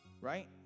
Right